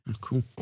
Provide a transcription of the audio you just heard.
Cool